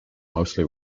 mostly